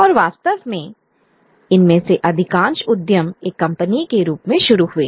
और वास्तव में इनमें से अधिकांश उद्यम एक कंपनी के रूप में शुरू हुए